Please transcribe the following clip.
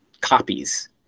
copies